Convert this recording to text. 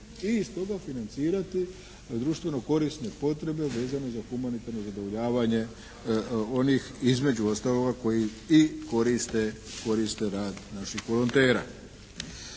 i iz toga financirati društveno korisne potrebe vezane za humanitarno zadovoljavanje onih između ostaloga koji i koriste rad naših volontera.